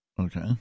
Okay